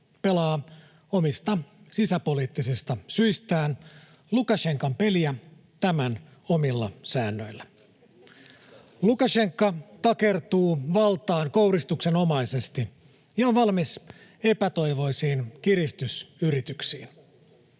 pelaa omista sisäpoliittisista syistään Lukašenkan peliä tämän omilla säännöillä. Lukašenka takertuu valtaan kouristuksenomaisesti ja on valmis epätoivoisiin kiristysyrityksiin.